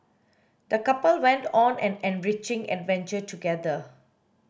the couple went on an enriching adventure together